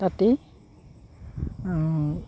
তাতেই